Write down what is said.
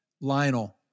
Lionel